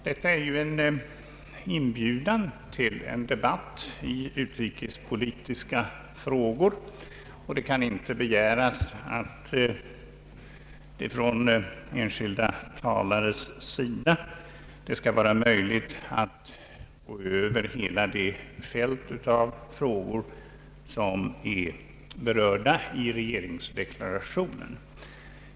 Detta är ju en inbjudan till en debatt i utrikespolitiska frågor, men det kan inte begäras att enskilda talare skall kunna gå över hela det fält av frågor som är berörda i regeringsdeklarationen.